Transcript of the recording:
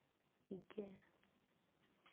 इ'यै